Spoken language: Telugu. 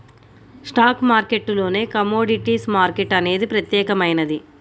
స్టాక్ మార్కెట్టులోనే కమోడిటీస్ మార్కెట్ అనేది ప్రత్యేకమైనది